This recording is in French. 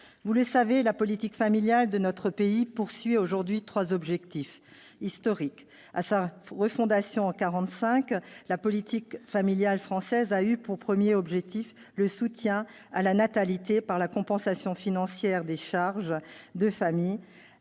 Vous le savez, la politique familiale de notre pays vise aujourd'hui trois objectifs historiques : à sa refondation en 1945, la politique familiale française a eu pour premier objectif le soutien à la natalité par la compensation financière des charges de famille